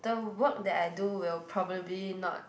the work that I do will probably not